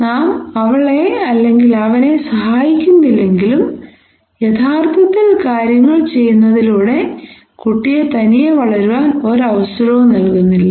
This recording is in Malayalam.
നാം അവളെ അല്ലെങ്കിൽ അവനെ സഹായിക്കുന്നില്ലെങ്കിലും യഥാർത്ഥത്തിൽ കാര്യങ്ങൾ ചെയ്യുന്നതിലൂടെ കുട്ടിയെ തനിയെ വളരാൻ ഒരു അവസരവും നൽകുന്നില്ല